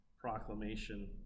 Proclamation